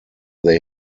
they